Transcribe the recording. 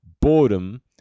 boredom